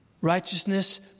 Righteousness